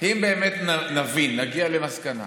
אם באמת נבין, נגיע למסקנה